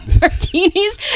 martinis